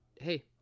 Hey